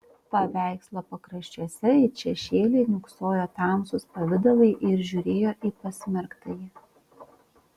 paveikslo pakraščiuose it šešėliai niūksojo tamsūs pavidalai ir žiūrėjo į pasmerktąjį